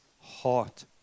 heart